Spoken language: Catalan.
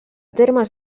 termes